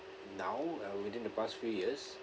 now uh within the past few years